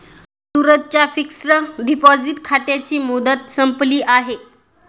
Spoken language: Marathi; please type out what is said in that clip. सूरजच्या फिक्सड डिपॉझिट खात्याची मुदत संपली आहे